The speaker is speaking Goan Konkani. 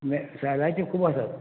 सायलांची खूब आसात